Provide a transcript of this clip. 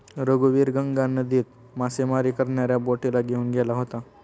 रघुवीर गंगा नदीत मासेमारी करणाऱ्या बोटीला घेऊन गेला होता